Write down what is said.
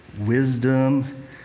wisdom